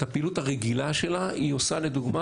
את הפעילות הרגילה שלה היא עושה לדוגמה